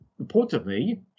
reportedly